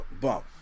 bump